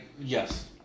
Yes